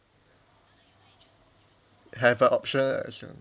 have the option as in